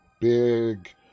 big